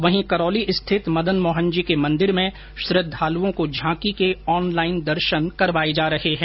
वहीं करौली स्थित मदन मोहन जी के मंदिर में श्रद्वालुओं को झांकी के ऑनलाइन दर्शन करवाए जा रह रहे हैं